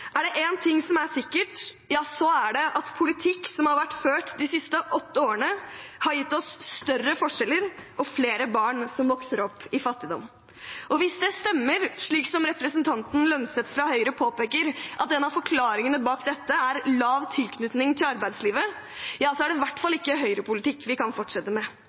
Er det én ting som er sikkert, er det at politikk som har vært ført de siste åtte årene, har gitt oss større forskjeller og flere barn som vokser opp i fattigdom. Hvis det stemmer det representanten Holm Lønseth fra Høyre påpeker, at en av forklaringene bak dette er lav tilknytning til arbeidslivet, da er det i hvert fall ikke høyrepolitikk vi kan fortsette med.